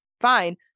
fine